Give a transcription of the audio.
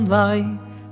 life